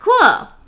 Cool